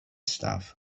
stuff